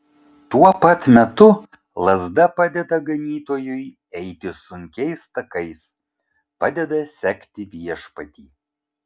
tuo pat metu lazda padeda ganytojui eiti sunkiais takais padeda sekti viešpatį